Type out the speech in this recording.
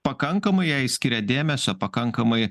pakankamai jai skiria dėmesio pakankamai